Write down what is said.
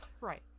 Right